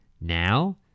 Now